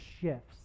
shifts